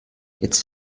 jetzt